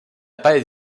pas